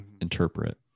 interpret